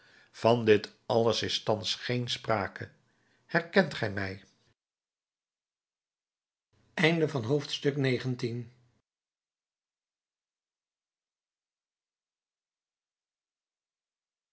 van dit alles is thans geen sprake herkent ge mij